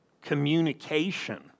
communication